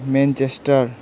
Manchester